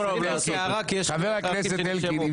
חבר הכנסת אלקין,